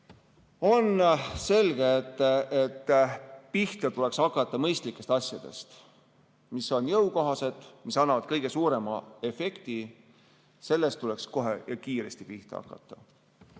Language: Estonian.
On selge, et pihta tuleks hakata mõistlikest asjadest, mis on jõukohased ja mis annavad kõige suurema efekti. Sellest tuleks kohe ja kiiresti pihta hakata.